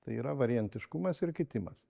tai yra variantiškumas ir kitimas